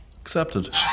Accepted